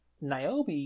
Niobe